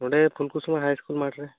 ᱱᱚᱰᱮ ᱯᱷᱩᱞᱠᱩᱥᱢᱟᱹ ᱦᱟᱭ ᱤᱥᱠᱩᱞ ᱢᱟᱴ ᱨᱮ